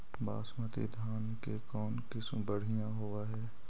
बासमती धान के कौन किसम बँढ़िया होब है?